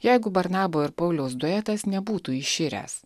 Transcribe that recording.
jeigu barnabo ir pauliaus duetas nebūtų iširęs